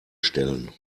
stellen